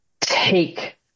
take